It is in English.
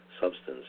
substance